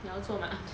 你要做吗